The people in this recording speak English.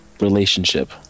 relationship